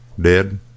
Dead